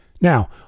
Now